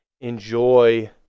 enjoy